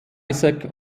isaac